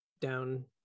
down